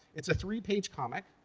it's a three page comic,